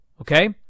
Okay